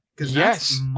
Yes